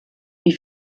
wie